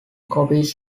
copies